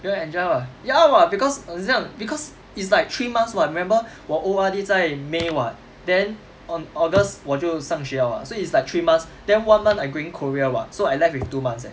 就 enjoy lah ya [what] because 很像 because it's like three months [what] remember 我 O_R_D 在 may [what] then on august 我就上学 liao [what] so it's like three months then one month I going korea [what] so I left witH two months eh